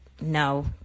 no